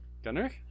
Gunner